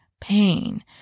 pain